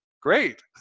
Great